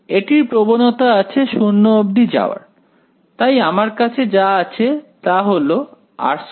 এটির প্রবণতা আছে 0 অবধি যাওয়ার তাই আমার কাছে যা আছে তা হল r2log